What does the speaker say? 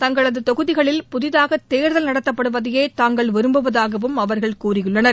தங்களது தொகுதிகளில் புதிதாக தேர்தல் நடத்தப்படுவதையே தாங்கள் விரும்புவதாகவும் அவர்கள் தெரிவித்துள்ளனர்